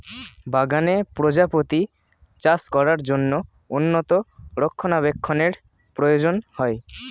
বাগানে প্রজাপতি চাষ করার জন্য উন্নত রক্ষণাবেক্ষণের প্রয়োজন হয়